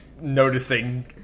noticing